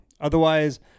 Otherwise